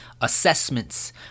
assessments